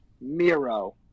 Miro